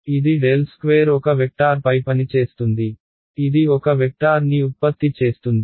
ఇది ∇2 ఒక వెక్టార్పై పనిచేస్తుంది ఇది ఒక వెక్టార్ని ఉత్పత్తి చేస్తుంది